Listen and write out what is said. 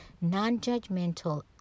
non-judgmental